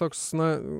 toks na